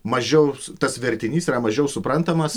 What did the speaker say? mažiau tas vertinys yra mažiau suprantamas